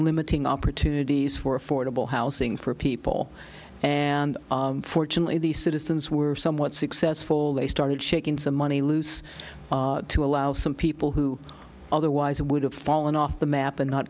limiting opportunities for affordable housing for people and fortunately these citizens were somewhat successful they started shaking some money loose to allow some people who otherwise would have fallen off the map and not